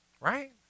Right